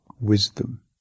wisdom